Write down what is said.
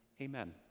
Amen